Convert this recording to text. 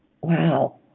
wow